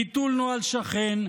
ביטול נוהל שכן,